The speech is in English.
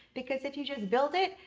because if you just build it,